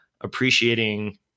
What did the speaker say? appreciating